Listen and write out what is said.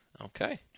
Okay